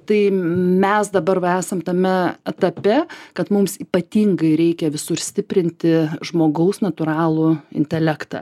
tai mes dabar va esam tame etape kad mums ypatingai reikia visur stiprinti žmogaus natūralų intelektą